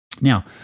Now